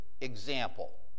example